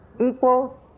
equals